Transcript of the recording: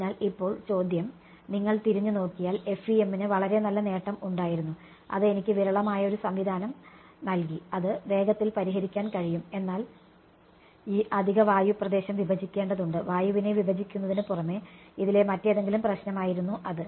അതിനാൽ ഇപ്പോൾ ചോദ്യം നിങ്ങൾ തിരിഞ്ഞുനോക്കിയാൽ FEM ന് വളരെ നല്ല നേട്ടം ഉണ്ടായിരുന്നു അത് എനിക്ക് വിരളമായ ഒരു സംവിധാനം നൽകി അത് വേഗത്തിൽ പരിഹരിക്കാൻ കഴിയും എന്നാൽ ഈ അധിക വായു പ്രദേശം വിഭജിക്കേണ്ടതുണ്ട് വായുവിനെ വിഭജിക്കുന്നതിന് പുറമെ ഇതിലെ മറ്റേതെങ്കിലും പ്രശ്നമായിരുന്നു അത്